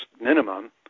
minimum